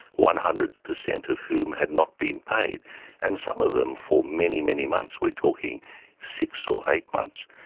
one hundred percent of whom had not been paid and some of them for many, many months, we're talking six or eight months.